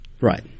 Right